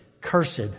cursed